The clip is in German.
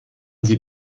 sie